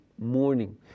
Morning